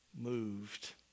moved